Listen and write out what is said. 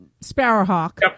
Sparrowhawk